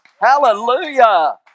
Hallelujah